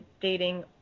dating